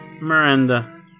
Miranda